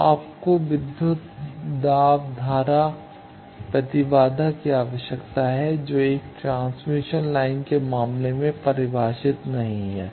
तो आपको विद्युत दाब धारा प्रतिबाधा की आवश्यकता है जो कि एक ट्रांसमिशन लाइन के मामले में परिभाषित नहीं हैं